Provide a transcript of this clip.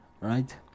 right